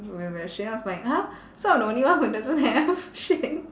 when we're sharing then I was like !huh! so I'm the only one who doesn't have shit